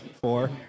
Four